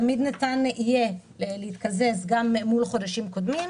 תמיד ניתן יהיה להתקזז גם מול חודשים קודמים.